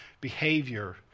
behavior